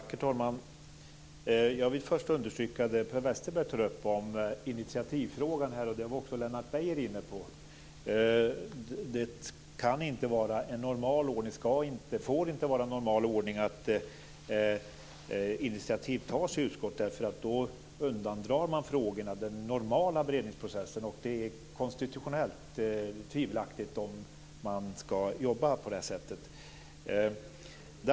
Herr talman! Jag vill först kommentera initiativfrågan, som Per Westerberg tog upp och som också Lennart Beijer var inne på. Det kan inte och får inte vara en normal ordning att initiativ tas i utskott, därför att då undandrar man frågorna den normala beredningsprocessen. Det är konstitutionellt tvivelaktigt att jobba på det sättet.